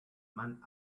man